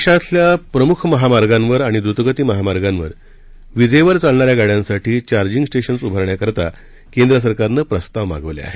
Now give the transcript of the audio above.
देशातल्या प्रमुख महामार्गावर आणि द्रतगती महामार्गावर विजेवर चालणाऱ्या गाड्यांसाठी चार्जिंग स्टेशन उभारण्याकरता केंद्र सरकारनं प्रस्ताव मागवले आहेत